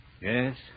Yes